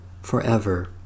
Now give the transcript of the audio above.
forever